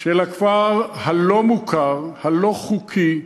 של הכפר הלא-מוכר, הלא-חוקי,